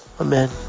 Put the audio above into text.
Amen